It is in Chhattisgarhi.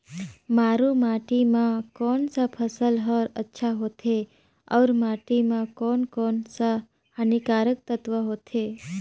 मारू माटी मां कोन सा फसल ह अच्छा होथे अउर माटी म कोन कोन स हानिकारक तत्व होथे?